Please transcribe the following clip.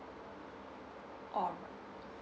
oh